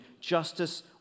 justice